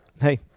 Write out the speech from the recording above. hey